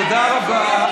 תודה רבה.